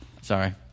Sorry